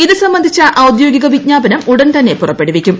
ഇത് സംബന്ധിച്ച ഔദ്യോഗിക വിജ്ഞാപനം ഉടൻ തന്നെ പുറപ്പെടുവിക്കും